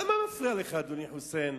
אדוני חוסיין,